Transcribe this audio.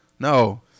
No